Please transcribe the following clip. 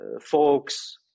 folks